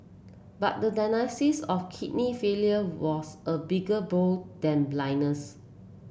but the diagnosis of kidney failure was a bigger blow than blindness